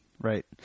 Right